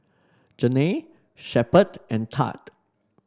Janae Shepherd and Thad